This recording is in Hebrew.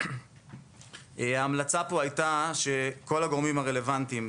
ההמלצה פה הייתה שכל הגורמים הרלוונטיים,